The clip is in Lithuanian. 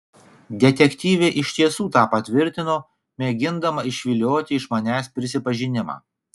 detektyvė iš tiesų tą patvirtino mėgindama išvilioti iš manęs prisipažinimą